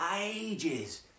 ages